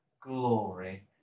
glory